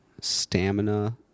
stamina